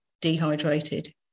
dehydrated